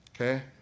Okay